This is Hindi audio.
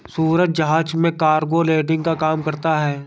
सूरज जहाज में कार्गो लोडिंग का काम करता है